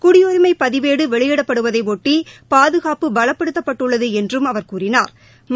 குடியுரிமை பதிவேடு வெளியிடப்படுவதைபொட்டி பாதுகாப்பு பலப்படுத்தப்பட்டுள்ளது என்றும் அவர் கூறினாள்